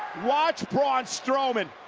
watch braun strowman.